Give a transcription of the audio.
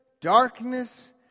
darkness